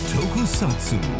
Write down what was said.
Tokusatsu